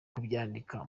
kubyandika